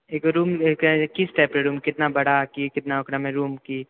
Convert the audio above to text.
एगो रूम लयके हँ किस टाइपके रूम की कितना बड़ा की कितना ओकरामे रूम की